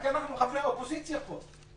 רק אנחנו חברי האופוזיציה פה.